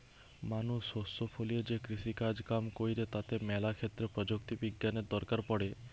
মানুষ শস্য ফলিয়ে যে কৃষিকাজ কাম কইরে তাতে ম্যালা ক্ষেত্রে প্রযুক্তি বিজ্ঞানের দরকার পড়ে